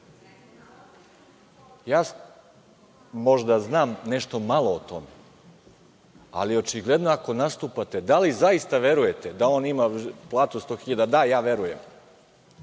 Ja možda znam nešto malo o tome, ali očigledno ako nastupate, da li zaista verujete da on ima platu od 100 hiljada? Da, ja verujem,